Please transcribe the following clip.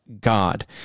God